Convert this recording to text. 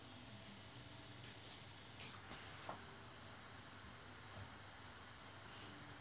for